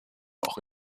auch